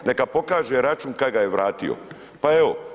Neka pokaže račun kad ga je vratio, pa evo.